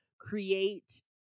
create